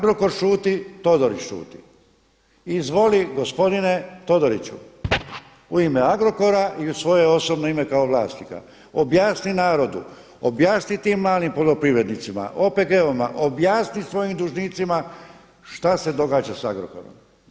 Agrokor šuti, Todorić šuti, izvoli gospodine Todoriću u ime Agrokora i u svoje osobno ime kao vlasnika, objasni narodu, objasni tim malim poljoprivrednicima, OPG-ovima, objasni svojim dužnicima šta se događa sa Agrokorom.